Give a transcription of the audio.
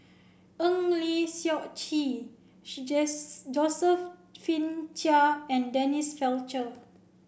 Eng Lee Seok Chee Josephine Chia and Denise Fletcher